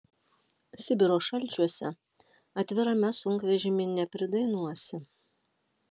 sibiro šalčiuose atvirame sunkvežimy nepridainuosi